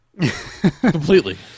Completely